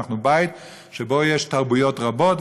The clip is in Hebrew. אנחנו בית שבו יש תרבויות רבות,